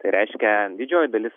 tai reiškia didžioji dalis